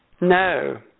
No